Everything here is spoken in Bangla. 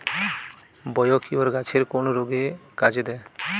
বায়োকিওর গাছের কোন রোগে কাজেদেয়?